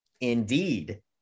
indeed